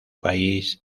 país